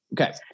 Okay